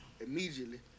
Immediately